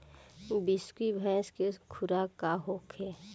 बिसुखी भैंस के खुराक का होखे?